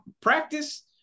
Practice